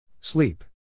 Sleep